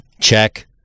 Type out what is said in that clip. check